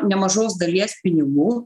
nemažos dalies pinigų